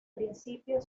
principio